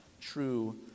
true